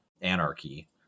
anarchy